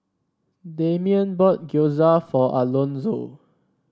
Damien bought Gyoza for Alonzo